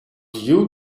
you